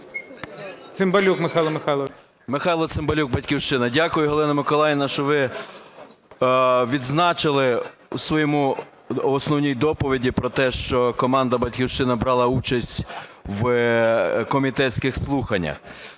Михайло Цимбалюк, "Батьківщина". Дякую, Галина Миколаївна, що ви відзначили в своїй основній доповіді про те, що команда "Батьківщина" брала участь в комітетських слуханнях.